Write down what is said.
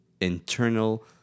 internal